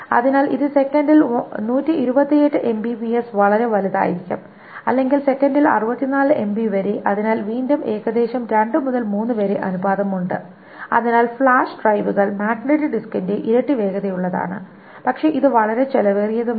അതിനാൽ ഇത് സെക്കന്റിൽ 128 MB വരെ വലുതായിരിക്കും അല്ലെങ്കിൽ സെക്കൻഡിൽ 64 MB വരെ അതിനാൽ വീണ്ടും ഏകദേശം 2 മുതൽ 3 വരെ അനുപാതം ഉണ്ട് അതിനാൽ ഫ്ലാഷ് ഡ്രൈവുകൾ മാഗ്നറ്റിക് ഡിസ്കിന്റെ ഇരട്ടി വേഗതയുള്ളതാണ് പക്ഷേ ഇത് വളരെ ചെലവേറിയതുമാണ്